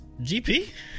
GP